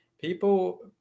people